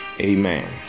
Amen